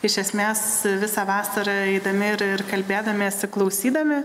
iš esmės visą vasarą eidami ir ir kalbėdamiesi klausydami